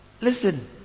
listen